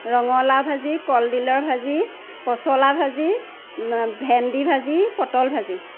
ৰঙালাউ ভাজি কলডিলৰ ভাজি পচলা ভাজি ভেন্দী ভাজি পটল ভাজি